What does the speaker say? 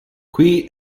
qui